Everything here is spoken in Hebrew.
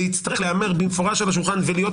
זה יצטרך להיאמר במפורש על השולחן ולהיות